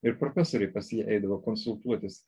ir profesoria pas jį eidavo konsultuotis